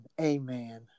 Amen